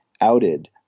outed